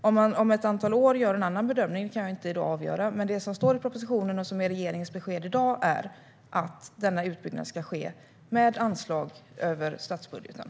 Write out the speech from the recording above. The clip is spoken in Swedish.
Om man om ett antal år gör en annan bedömning kan jag inte i dag avgöra, men det som står i propositionen och det som är regeringens besked i dag är att denna utbyggnad ska ske med anslag över statsbudgeten.